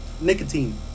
nicotine